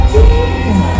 Jesus